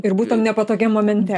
ir būt tam nepatogiam momente